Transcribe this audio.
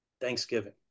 Thanksgiving